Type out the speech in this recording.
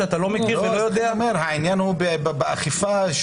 העניין הוא באכיפה,